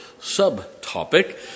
subtopic